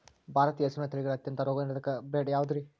ಭಾರತೇಯ ಹಸುವಿನ ತಳಿಗಳ ಅತ್ಯಂತ ರೋಗನಿರೋಧಕ ಬ್ರೇಡ್ ಯಾವುದ್ರಿ?